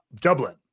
Dublin